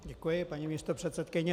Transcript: Děkuji, paní místopředsedkyně.